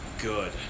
Good